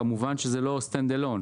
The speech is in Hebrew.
כמובן שזה לא stand alone.